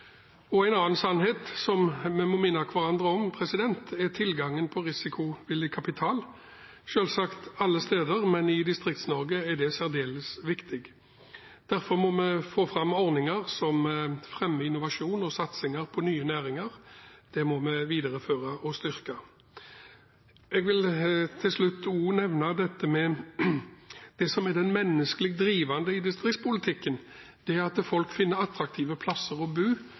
skiftet. En annen sannhet som vi må minne hverandre om, er tilgangen på risikovillig kapital. Selvsagt er det viktig alle steder, men i Distrikts-Norge i særdeleshet. Derfor må vi få fram ordninger som fremmer innovasjon og satsing på nye næringer. Det må vi videreføre og styrke. Jeg vil til slutt også nevne det som er det menneskelig drivende i distriktspolitikken, det at folk finner attraktive plasser å bo, og